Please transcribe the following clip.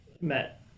Matt